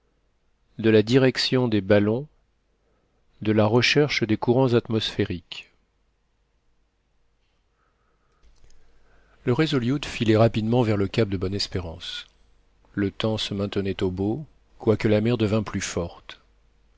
do direction des ballons de la recherche des courants atmosphériques eupnxa le resolute filait rapidement vers le cap de bonne-espérance le temps se maintenait au beau quoique la mer devint plus forte